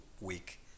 week